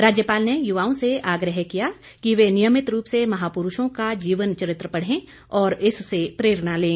राज्यपाल ने युवाओं से आग्रह किया कि वे नियमित रूप से महापुरूषों का जीवन चरित्र पढ़े और इससे प्रेरणा लें